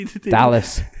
Dallas